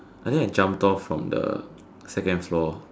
I think I jumped off from the second floor